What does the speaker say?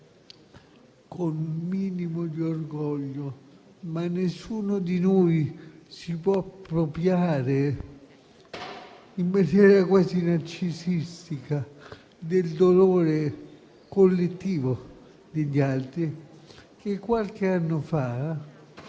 un minimo di orgoglio - ma nessuno di noi si può appropriare in maniera quasi narcisistica del dolore collettivo degli altri - che qualche anno fa